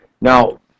Now